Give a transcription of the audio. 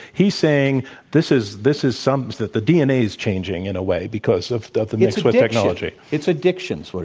he's saying this is this is some that the dna is changing in a way because of the mix with technology. it's addiction. so but